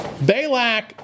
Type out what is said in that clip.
Balak